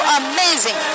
amazing